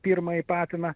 pirmąjį patiną